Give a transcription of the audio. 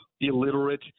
illiterate